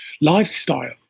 lifestyle